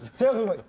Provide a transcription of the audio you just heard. to